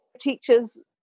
teachers